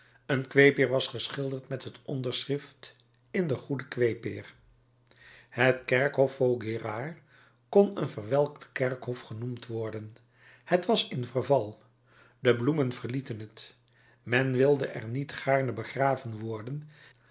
een kweepeer was geschilderd met het onderschrift in de goede kweepeer het kerkhof vaugirard kon een verwelkt kerkhof genoemd worden het was in verval de bloemen verlieten het men wilde er niet gaarne begraven worden